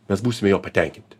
mes būsime juo patenkinti